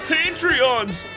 Patreons